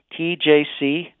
TJC